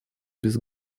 без